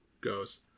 goes